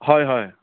হয় হয়